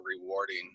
rewarding